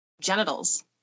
genitals